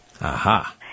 Aha